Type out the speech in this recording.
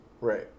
right